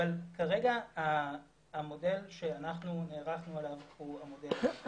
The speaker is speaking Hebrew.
אבל כרגע המודל שאנחנו נערכנו אליו הוא המודל הזה.